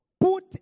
Put